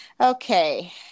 Okay